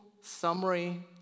summary